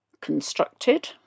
constructed